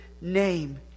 name